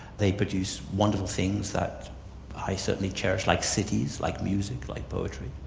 they produce wonderful things that i certainly cherish, like cities, like music, like poetry,